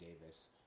davis